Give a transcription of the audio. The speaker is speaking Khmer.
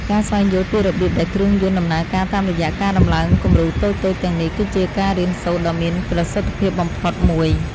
ការស្វែងយល់ពីរបៀបដែលគ្រឿងយន្តដំណើរការតាមរយៈការដំឡើងគំរូតូចៗទាំងនេះគឺជាការរៀនសូត្រដ៏មានប្រសិទ្ធភាពបំផុតមួយ។